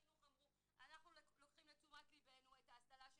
אנחנו לוקחים לתשומת לבנו את ההסללה של